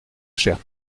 chère